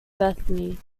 bethany